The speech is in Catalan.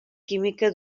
química